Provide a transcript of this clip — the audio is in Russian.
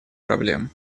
проблем